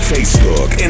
Facebook